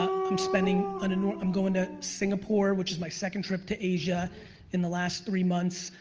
ah i'm spending an enor i'm goin' to singapore, which is my second trip to asia in the last three months.